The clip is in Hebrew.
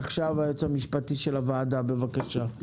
עכשיו היועץ המשפטי של הוועדה ידבר, בבקשה.